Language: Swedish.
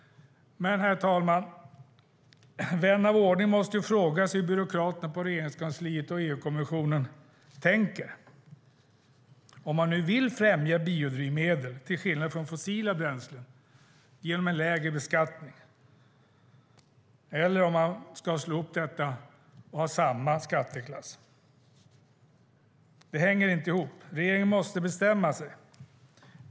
Herr talman! Vän av ordning måste fråga sig hur byråkraterna på Regeringskansliet och EU-kommissionen tänker. Vill de främja biodrivmedel till skillnad från fossila bränslen genom en lägre beskattning, eller vill de slå ihop dem och ha samma skatteklass? Det hänger inte ihop. Regeringen måste bestämma sig.